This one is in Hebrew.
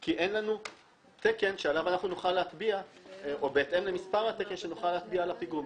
כי אין לנו תקן שבהתאם למספרו אנחנו נוכל להטביע על הפיגום.